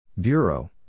Bureau